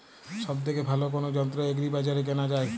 সব থেকে ভালো কোনো যন্ত্র এগ্রি বাজারে কেনা যায়?